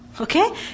Okay